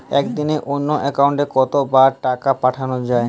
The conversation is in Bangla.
একদিনে অন্য একাউন্টে কত বার টাকা পাঠানো য়ায়?